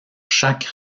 chaque